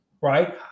Right